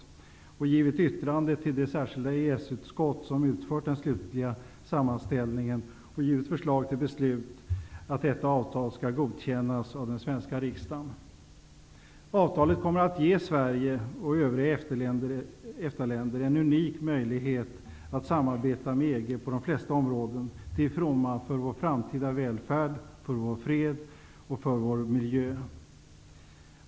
De har avgivit yttranden till det särskilda EES-utskott som utfört den slutliga sammanställningen och givit förslag till beslut att detta avtal skall godkännas av den svenska riksdagen. Avtalet kommer att ge Sverige och övriga EFTA länder en unik möjlighet att samarbeta med EG på de flesta områden till fromma för vår framtida välfärd, för vår fred och för vår miljö.